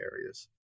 areas